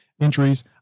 entries